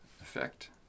effect